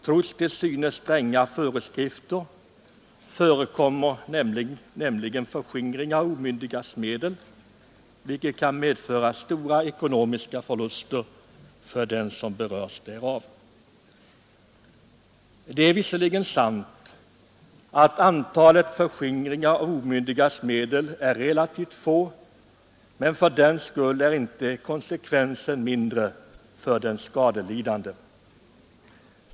Trots till synes stränga föreskrifter förekommer nämligen förskingringar av omyndigas medel, vilket kan medföra stora ekonomiska förluster för den omyndige. Det är visserligen sant, att antalet förskingringar av omyndigas medel är relativt få, men fördenskull är inte konsekvensen mindre för den skadelidande.